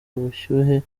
ubushyuhe